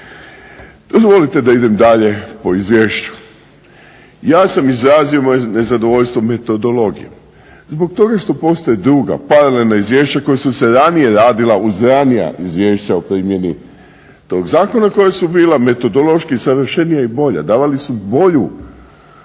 Dozvolite da idem dalje po izvješću. Ja sam izrazio svoje nezadovoljstvo metodologijom zbog toga što postoje druga paralelna izvješća koja su se ranije radila uz ranija izvješća o primjeni tog zakona koja su bila metodološki savršenija i bolja. Davali su bolji